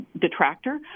detractor